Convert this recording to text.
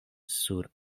sur